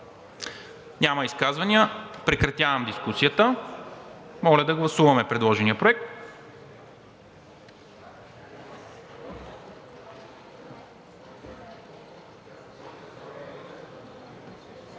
Няма. Прекратявам дискусията. Моля да гласуваме предложения проект.